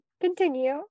Continue